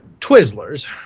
Twizzlers